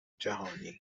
جهانی